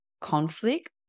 conflict